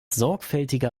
sorgfältiger